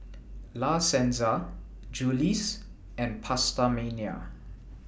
La Senza Julie's and PastaMania